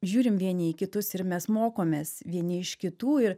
žiūrim vieni į kitus ir mes mokomės vieni iš kitų ir